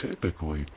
typically